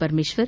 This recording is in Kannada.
ಪರಮೇಶ್ವರ್